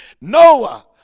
Noah